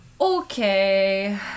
okay